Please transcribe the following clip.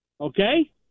Okay